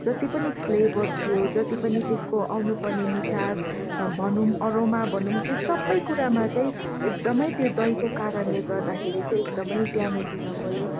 जति पनि फ्लेभर थियो जति पनि त्यसको आउनु पर्ने मिठास भनौँ अरोमा भनौँ त्यो सबै कुरामा चाहिँ एकदमै त्यो दहीको कारणले गर्दाखेरि चाहिँ एकदमै ड्यामेज हुन गयो